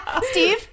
Steve